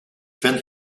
vind